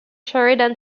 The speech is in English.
sheridan